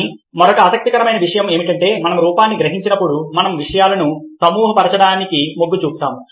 కానీ మరొక ఆసక్తికరమైన విషయం ఏమిటంటే మనం రూపాన్ని గ్రహించినప్పుడు మనం విషయాలను సమూహపరచడానికి మొగ్గు చూపుతాము